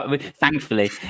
thankfully